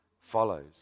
follows